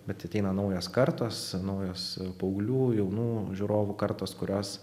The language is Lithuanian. bet ateina naujos kartos naujos paauglių jaunų žiūrovų kartos kurios